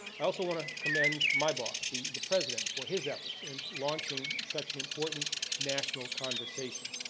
i also want to commend my boss, the the president, for his efforts in launching such an important national conversation.